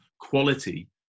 quality